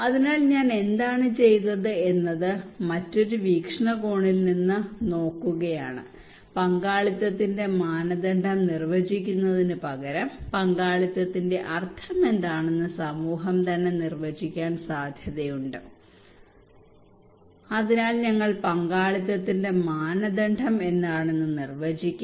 അതിനാൽ ഞങ്ങൾ എന്താണ് ചെയ്തത് എന്നത് മറ്റൊരു വീക്ഷണകോണിൽ നിന്ന് മറ്റൊരു കോണിൽ നിന്ന് നോക്കുകയാണ് പങ്കാളിത്തത്തിന്റെ മാനദണ്ഡം നിർവചിക്കുന്നതിനുപകരം പങ്കാളിത്തത്തിന്റെ അർത്ഥമെന്താണെന്ന് സമൂഹം തന്നെ നിർവചിക്കാൻ സാധ്യതയുണ്ട് അതിനാൽ ഞങ്ങൾ പങ്കാളിത്തത്തിന്റെ മാനദണ്ഡം എന്താണെന്ന് നിർവചിക്കും